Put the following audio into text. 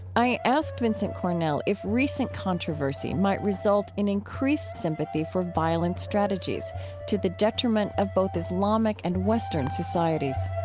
i asked vincent cornell if recent controversy might result in increased sympathy for violent strategies to the detriment of both islamic and western societies